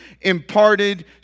imparted